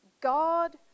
God